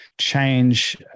change